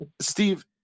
Steve